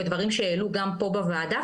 ודברים שהעלו גם פה בוועדה,